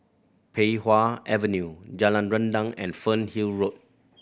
Pei Wah Avenue Jalan Rendang and Fernhill Road